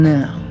Now